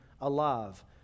alive